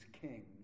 king